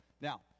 Now